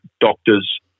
doctors